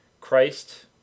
Christ